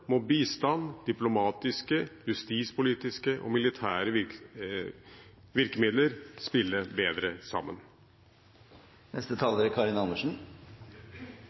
må bistand, diplomatiske, justispolitiske og militære virkemidler spille bedre sammen.